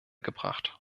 gebracht